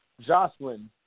Jocelyn